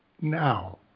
now